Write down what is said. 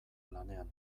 lanean